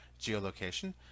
geolocation